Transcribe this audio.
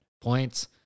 points